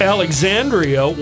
Alexandria